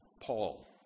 Paul